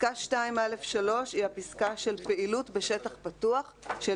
פסקה (2א3) היא הפסקה של פעילות בשטח פתוח של